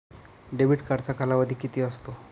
Debit कार्डचा कालावधी किती असतो?